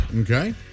Okay